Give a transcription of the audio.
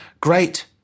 Great